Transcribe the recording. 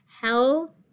Hell